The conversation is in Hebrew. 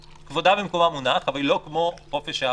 כבודה במקומה מונח אבל היא לא כמו חופש ההפגנה.